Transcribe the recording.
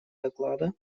доклада